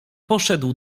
poszedł